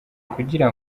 kugira